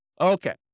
Okay